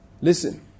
Listen